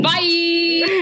Bye